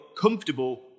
comfortable